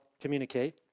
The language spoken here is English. communicate